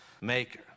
maker